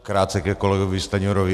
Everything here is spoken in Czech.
Krátce ke kolegovi Stanjurovi.